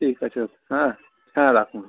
ঠিক আছে হ্যাঁ হ্যাঁ রাখুন